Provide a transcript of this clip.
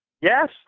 yes